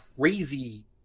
crazy